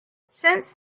since